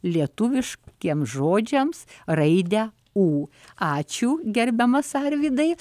lietuviškiems žodžiams raidę u ačiū gerbiamas arvydai